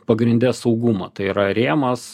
pagrinde saugumą tai yra rėmas